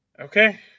Okay